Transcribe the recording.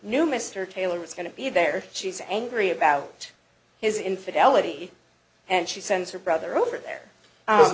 knew mr taylor was going to be there she's angry about his infidelity and she sends her brother over there